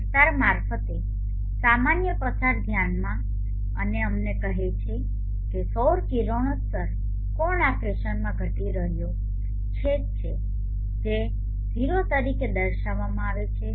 આ વિસ્તાર મારફતે સામાન્ય પસાર ધ્યાનમાં અને અમને કહે છે કે સૌર કિરણોત્સર્ગ કોણ આ ફેશનમાં ઘટી રહ્યો છેદ છે જે θ તરીકે દર્શાવવામાંઆવે છે